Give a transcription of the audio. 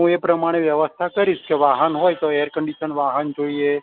તો એ પ્રમાણે વ્યવસ્થા કરીશ કે વાહન હોય તો એરકન્ડિશન વાહન જોઈએ